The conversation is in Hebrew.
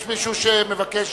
יש מישהו שמבקש